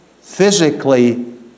physically